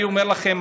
אני אומר לכם,